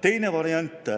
Teine variant